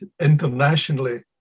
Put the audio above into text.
internationally